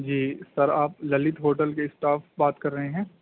جی sir آپ Lalit hotel کے staff بات کر رہے ہیں